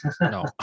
No